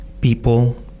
people